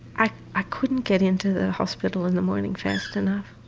i i couldn't get in to the hospital in the morning fast enough